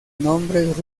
nombres